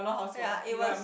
ya it was